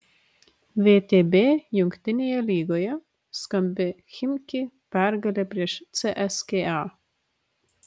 vtb jungtinėje lygoje skambi chimki pergalė prieš cska